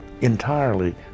entirely